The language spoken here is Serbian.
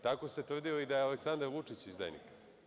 Tako ste tvrdili da je Aleksandar Vučić izdajnik.